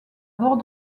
bord